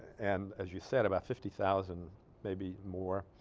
and as you said about fifty thousand maybe more